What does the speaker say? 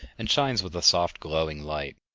and shines with a soft, glowing light.